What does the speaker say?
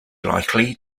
likely